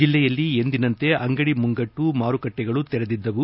ಜಿಲ್ಲೆಯಲ್ಲಿ ಎಂದಿನಂತೆ ಅಂಗಡಿ ಮುಂಗಟ್ಟು ಮಾರುಕಟ್ಟೆಗಳು ತೆರೆದಿದ್ದವು